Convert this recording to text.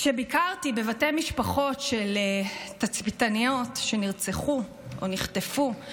כשביקרתי בבתי משפחות של תצפיתניות שנרצחו או נחטפו,